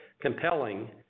compelling